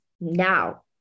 now